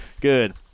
Good